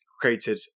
created